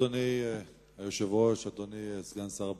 אדוני היושב-ראש, אדוני סגן שר הבריאות,